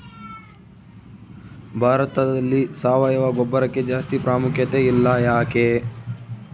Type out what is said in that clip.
ಭಾರತದಲ್ಲಿ ಸಾವಯವ ಗೊಬ್ಬರಕ್ಕೆ ಜಾಸ್ತಿ ಪ್ರಾಮುಖ್ಯತೆ ಇಲ್ಲ ಯಾಕೆ?